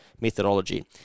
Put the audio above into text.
methodology